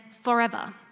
forever